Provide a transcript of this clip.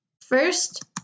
First